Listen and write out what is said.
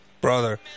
Brother